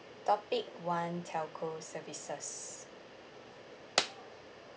topic one telco services